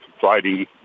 fighting